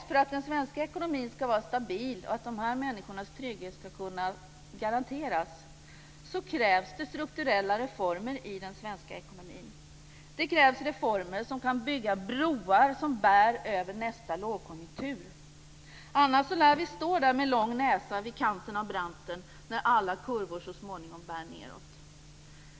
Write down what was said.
För att den svenska ekonomin ska vara stabil och för att dessa människors trygghet ska kunna garanteras krävs det strukturella reformer i den svenska ekonomin. Det krävs reformer som kan bygga broar som bär över nästa lågkonjunktur, annars lär vi stå där med lång näsa vid kanten av branten när alla kurvor så småningom bär nedåt.